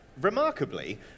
remarkably